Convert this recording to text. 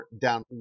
down